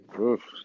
Oof